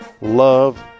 love